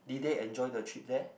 did they enjoy the trip there